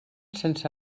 sense